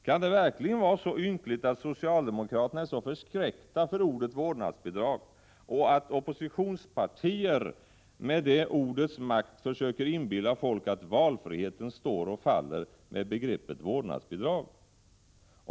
Kan det verkligen vara så ynkligt att socialdemokraterna är så förskräckta för ordet vårdnadsbidrag och att oppositionspartierna med det ordets makt försöker inbilla folk att valfriheten står och faller med begreppet vårdnadsbidrag?